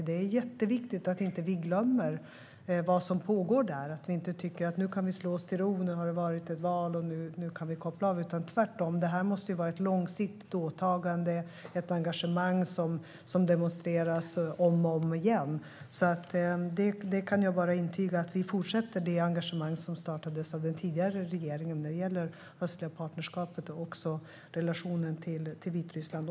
Det är mycket viktigt att vi inte glömmer vad som pågår där och att vi inte tycker att vi kan slå oss till ro för att det har varit ett val. Tvärtom måste detta vara ett långsiktigt åtagande och ett engagemang som demonstreras om och om igen. Jag kan intyga att vi fortsätter med det engagemang som startades av den tidigare regeringen när det gäller Östliga Partnerskapet och relationen till Vitryssland.